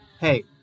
Hey